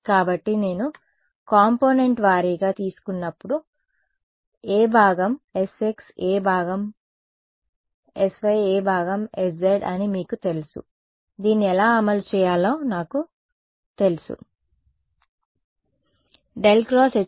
కాబట్టి నేను కాంపోనెంట్ వారీగా తీసుకున్నప్పుడు ఏ భాగం sx ఏ భాగం sy ఏ భాగం sz అని మీకు తెలుసు దీన్ని ఎలా అమలు చేయాలో నాకు తెలుసు